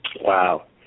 Wow